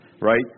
right